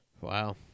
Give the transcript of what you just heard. Wow